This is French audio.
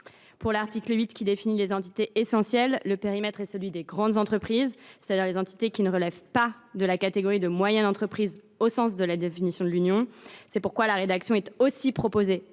pour l’article 8 qui définit les entités essentielles, le périmètre est celui des grandes entreprises, c’est à dire les entités qui ne relèvent pas de la catégorie des moyennes entreprises au sens de la définition de l’Union. La rédaction est donc proposée